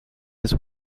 his